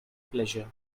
pleasure